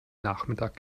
nachmittag